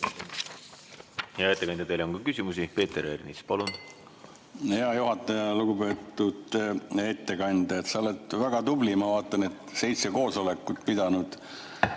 Hea ettekandja, teile on ka küsimusi. Peeter Ernits, palun! Hea juhataja! Lugupeetud ettekandja! Sa oled väga tubli, ma vaatan, et seitse koosolekut pidanud